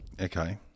Okay